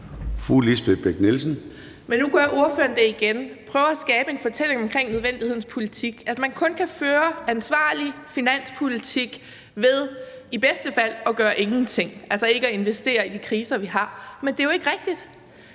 Lisbeth Bech-Nielsen (SF): Nu gør ordføreren det igen: Man prøver at skabe en fortælling om nødvendighedens politik, altså om, at man kun kan føre ansvarlig finanspolitik ved i bedste fald at gøre ingenting, altså ved ikke at investere i kriser, vi har. Men det er jo ikke rigtigt.